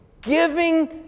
giving